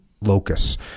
locus